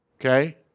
Okay